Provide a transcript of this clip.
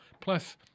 plus